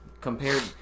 compared –